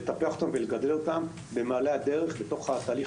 לטפח אותם ולגדל אותם במעלה הדרך לתוך הליך